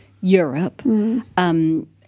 europe